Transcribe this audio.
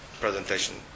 presentation